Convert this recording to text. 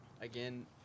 again